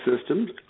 systems